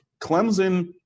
Clemson